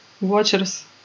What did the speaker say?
watchers